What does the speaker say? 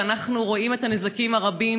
אנחנו רואים את הנזקים הרבים,